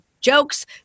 jokes